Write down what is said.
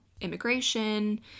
immigration